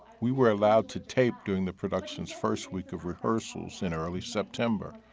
we were allowed to tape during the production's first week of rehearsals in early september.